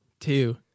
two